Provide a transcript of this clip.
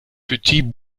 petit